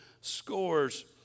scores